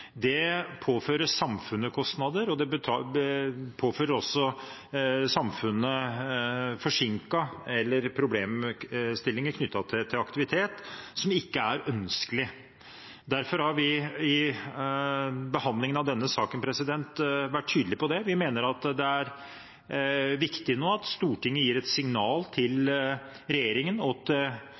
Det påfører samfunnet kostnader, og det innebærer problemstillinger knyttet til aktivitet som ikke er ønskelig. Derfor har vi i behandlingen av denne saken vært tydelige på det. Vi mener at det er viktig at Stortinget gir et signal til regjeringen